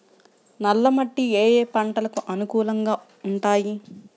నల్ల మట్టి ఏ ఏ పంటలకు అనుకూలంగా ఉంటాయి?